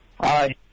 Hi